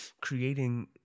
creating